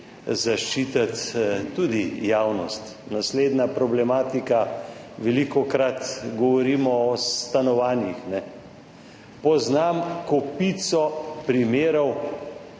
zaščititi tudi javnost. Naslednja problematika – velikokrat govorimo o stanovanjih. Poznam kopico primerov,